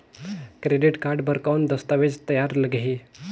Credit card बर कौन दस्तावेज तैयार लगही?